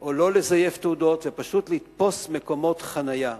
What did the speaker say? או לא לזייף תעודות ופשוט לתפוס מקומות חנייה,